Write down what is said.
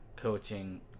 coaching